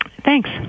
Thanks